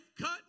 cut